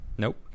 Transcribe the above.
Nope